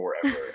forever